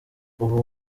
ubu